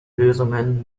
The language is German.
lösungen